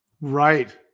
Right